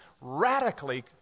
radically